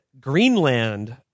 Greenland